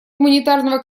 гуманитарного